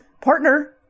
partner